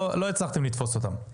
לא הצלחתם לתפוס אותם.